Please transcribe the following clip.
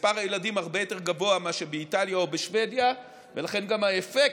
מספר הילדים הרבה יותר גבוה מאשר באיטליה או בשבדיה ולכן גם האפקט,